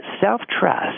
self-trust